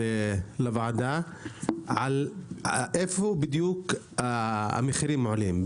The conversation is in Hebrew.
לוועדה איפה בדיוק המחירים עולים,